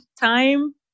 time